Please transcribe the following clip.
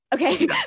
Okay